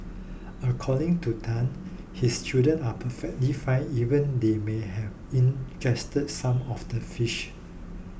according to Tan his children are perfectly fine even though they may have ingested some of the fish